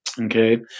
okay